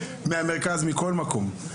מהמרכז מכל מקום.